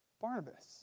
Barnabas